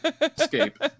Escape